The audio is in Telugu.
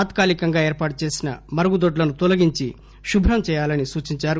తాత్కాలికంగా ఏర్పాటు చేసిన మరుగుదొడ్లను తొలగించి శుభ్రం చేయాలని సూచించారు